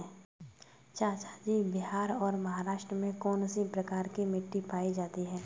चाचा जी बिहार और महाराष्ट्र में कौन सी प्रकार की मिट्टी पाई जाती है?